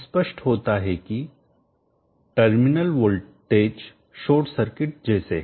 स्पष्ट होता है कि टर्मिनल वोल्टेज शॉर्ट सर्किट जैसे हैं